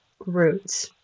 roots